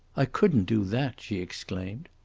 i couldn't do that, she exclaimed.